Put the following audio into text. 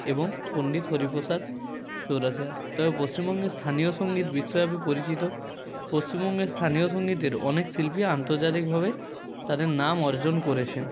এবং পন্ডিত হরিপ্রসাদ চৌরাশিয়া তবে পশ্চিমবঙ্গের স্থানীয় সঙ্গীত বিশ্বব্যাপী পরিচিত পশ্চিমবঙ্গের স্থানীয় সঙ্গীতের অনেক শিল্পী আন্তর্জাতিকভাবে তাদের নাম অর্জন করেছেন